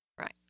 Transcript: Right